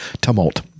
tumult